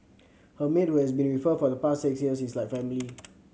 her maid who has been with her for the past six years is like family